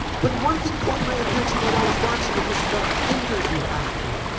but one thing caught my attention when i was watching it was the interview after.